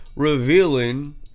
revealing